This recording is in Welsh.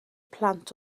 plant